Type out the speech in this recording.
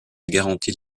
garantie